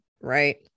right